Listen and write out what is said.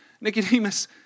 Nicodemus